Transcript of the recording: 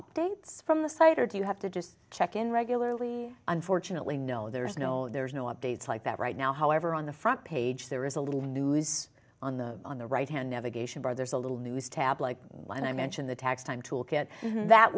updates from the site or do you have to just check in regularly unfortunately no there's no there's no updates like that right now however on the front page there is a little news on the on the right hand of a geisha or there's a little news tab like when i mention the tax time tool kit that